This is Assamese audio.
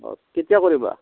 অঁ কেতিয়া কৰিবা